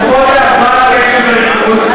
אפשר היה לחסוך בחצי מיליארד השקלים של כל הסיעות האלה?